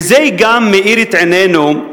וזה גם מאיר את עינינו,